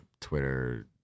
Twitter